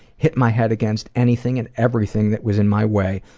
hit my head against anything and everything that was in my way,